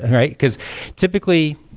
right? because typically,